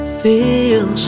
feel